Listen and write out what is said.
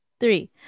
three